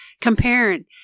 comparing